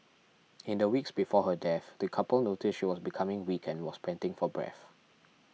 in the weeks before her death the couple noticed she was becoming weak and was panting for breath